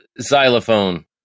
xylophone